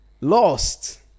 Lost